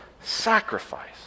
sacrifice